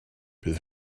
bydd